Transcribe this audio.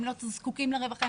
הם לא זקוקים לרווחה,